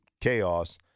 chaos